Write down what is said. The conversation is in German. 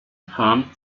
farm